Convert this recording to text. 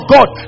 God